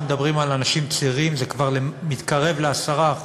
מדברים על אנשים צעירים זה כבר מתקרב ל-10%.